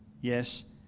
Yes